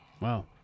Wow